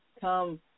come